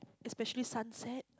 especially sunset